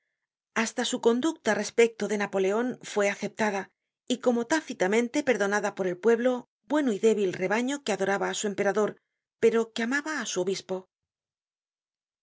hasta su conducta respecto de napoleon fue aceptada y como tácitamente perdonada por el pueblo bueno y débil rebaño que adoraba á su emperador pero que amaba á su obispo